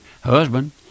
husband